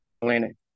planet